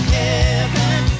heaven